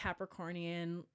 Capricornian